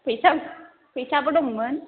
फैसाबो दंमोन